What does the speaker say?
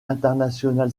international